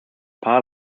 par